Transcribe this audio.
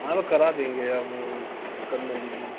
आपका करा देंगे आप दिक्कत न लीजिए